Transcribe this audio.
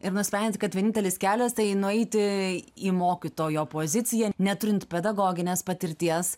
ir nusprendei kad vienintelis kelias tai nueiti į mokytojo poziciją neturint pedagoginės patirties